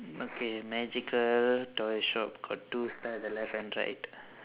okay magical toy shop got two star at the left and right